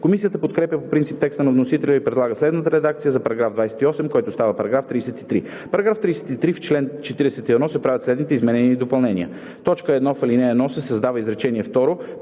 Комисията подкрепя по принцип текста на вносителя и предлага следната редакция за § 28, който става § 33: „§ 33. В чл. 41 се правят следните изменения и допълнения: 1. В ал. 1 се създава изречение